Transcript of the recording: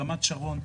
ברמת השרון,